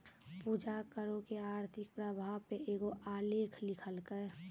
पूजा करो के आर्थिक प्रभाव पे एगो आलेख लिखलकै